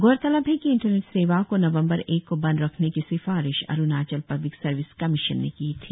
गौरतलब है कि इंटरनेट सेवा को नवंबर एक को बंद रखने की सिफारिश अरुणाचल पब्लिक सर्विस कमिशन ने की थी